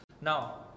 Now